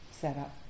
setup